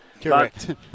Correct